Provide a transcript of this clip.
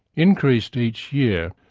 increased each year,